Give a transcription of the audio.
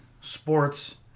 sports